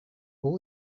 all